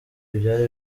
ibyari